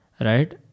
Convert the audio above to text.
right